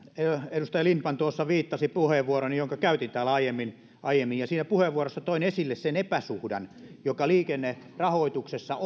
edustaja lindtman tuossa viittasi puheenvuorooni jonka käytin täällä aiemmin aiemmin siinä puheenvuorossa toin esille sen epäsuhdan joka liikennerahoituksessa